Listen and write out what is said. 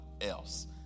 else